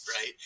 right